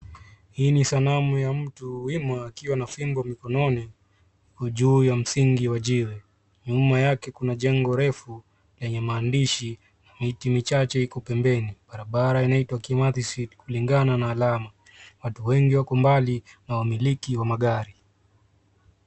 Hii ni sanamu ya mtu wima akiwa na fimbo mkononi juu ya msingi wa jiwe. Nyuma yake kuna jengo refu yenye maandishi, miti michache iko pembeni. Barabara inaitwa, Kimathi Street, kulingana na alama. Watu wengi wako mbali na wamiliki wa magari.